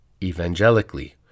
evangelically